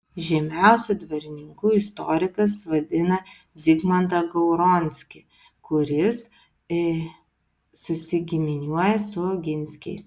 žymiausiu dvarininku istorikas vadina zigmantą gauronskį kuris susigiminiuoja su oginskiais